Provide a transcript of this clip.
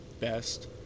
best